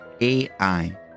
AI